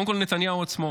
קודם כול, נתניהו עצמו